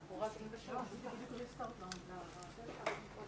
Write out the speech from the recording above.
בוקר טוב.